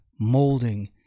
molding